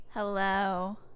hello